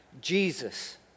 Jesus